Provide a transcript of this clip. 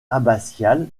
abbatiale